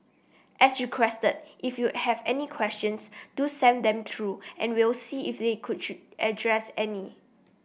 as requested if you have any questions do send them through and we'll see if they could address any